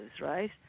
right